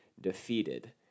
defeated